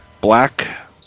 black